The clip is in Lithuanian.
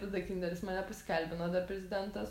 tada kinderis mane pasikalbino dar prezidentas